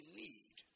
need